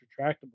retractable